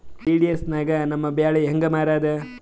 PDS ನಾಗ ನಮ್ಮ ಬ್ಯಾಳಿ ಹೆಂಗ ಮಾರದ?